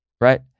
right